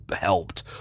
helped